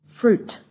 fruit